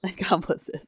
accomplices